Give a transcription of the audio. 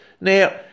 Now